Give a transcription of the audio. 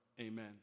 Amen